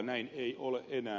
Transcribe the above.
näin ei ole enää